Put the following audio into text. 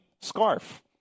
scarf